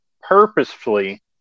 purposefully